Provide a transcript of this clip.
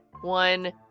One